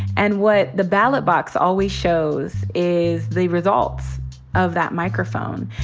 and what the ballot box always shows is the results of that microphone.